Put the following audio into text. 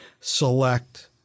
select